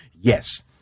yes